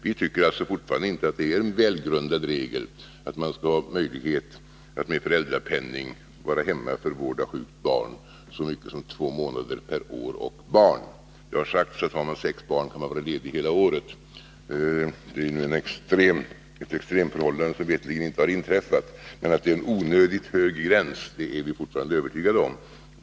Vi tycker alltså fortfarande inte att det är en välgrundad regel att man skall ha möjlighet att med föräldrapenning vara hemma för vård av sjukt barn så mycket som två månader per år och barn. Det har sagts att har man sex barn kan man vara ledig hela året. Det är ett extremförhållande som veterligen inte har inträffat, men att 60 dagar är en onödigt hög gräns är vi fortfarande övertygade om.